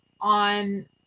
on